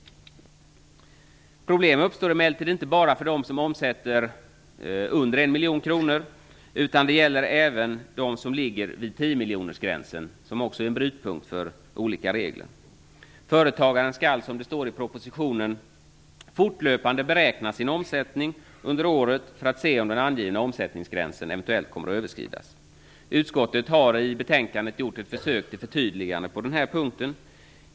Problem uppstår emellertid inte bara för de företag som omsätter under 1 miljon kronor. Detsamma gäller dem som ligger vid tiomiljonersgränsen - också det en brytpunkt för olika regler. I propositionen står det att företagaren fortlöpande skall beräkna sin omsättning under året för att se om den angivna omsättningsgränsen kommer att överskridas. Utskottet har i betänkandet gjort ett försök till förtydligande på den här punkten.